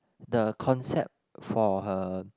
the concept for her